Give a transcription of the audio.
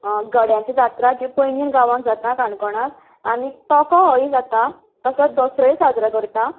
गड्याची जात्रा जी पैंगीण गांवांत जाता काणकोणांत आनी टोंको होवूय जाता तसोच दसरोय साजरो करतात